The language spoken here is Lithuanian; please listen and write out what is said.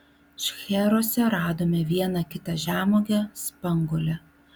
šcheruose radome vieną kitą žemuogę spanguolę